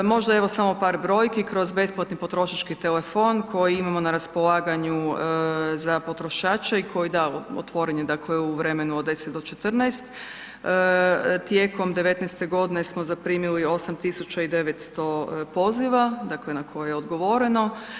Možda evo samo par brojki, kroz besplatni potrošački telefon koji imamo na raspolaganju za potrošače i koji da, otvoren je u vremenu od 10-14, tijekom '19. g. smo zaprimili 8900 poziva dakle na koje je odgovoreno.